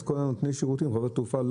אז כל נותני השירותים של חברות התעופה.